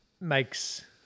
makes